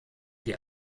die